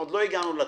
עוד לא הגענו לתקרה,